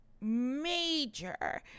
major